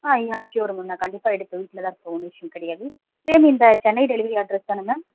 ஆ yeah sure ma'am நான் கண்டிப்பாக எடுப்பேன் வீட்டில்தான் ஃபோன் இஷ்யூ கிடையாது சேம் இந்த சென்னை டெலிவரி அட்ரஸ் தான் மேம்